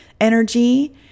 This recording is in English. energy